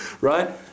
right